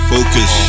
Focus